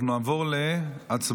אנחנו נעבור להצבעה